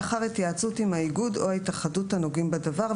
לאחר התייעצות עם האיגוד או ההתאחדות הנוגעים בדבר".